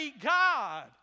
God